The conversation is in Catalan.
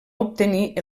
obtenir